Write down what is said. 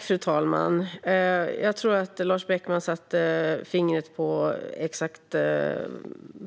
Fru talman! Jag tror att Lars Beckman satte fingret exakt på